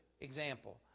example